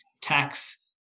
tax